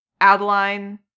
Adeline